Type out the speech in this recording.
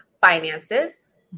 finances